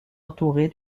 entourée